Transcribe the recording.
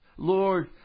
Lord